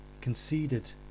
conceded